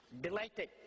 delighted